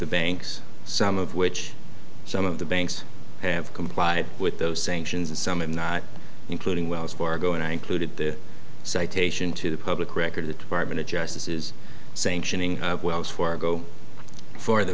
the banks some of which some of the banks have complied with those sanctions and some in not including wells fargo and i included the citation to the public record the department of justice's sanctioning of wells fargo for the